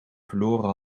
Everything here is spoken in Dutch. verloren